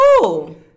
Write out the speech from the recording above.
cool